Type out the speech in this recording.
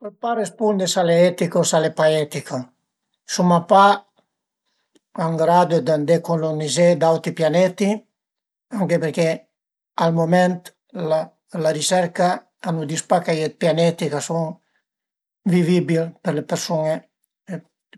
Pös pa rispundi s'al e etico o s'la e pa etico, suma pa ën gradu d'andé culunizé d'auti pianeti anche perché al mument la riserca a nu dis pa ch'a ie d'pianeti ch'a sun vivibil për le persun-e e